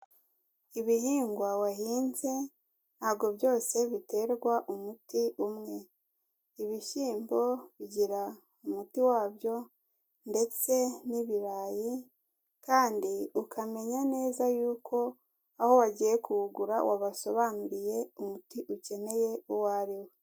Ibihingwa wahinze, ntabwo byose biterwa umuti umwe. Ibishyimbo bigira umuti wabyo ndetse n'ibirayi, kandi ukamenya neza yuko, aho wagiye kuwugura wabasobanuriye umuti ukeneye uwo ari wo.